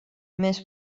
més